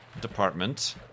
department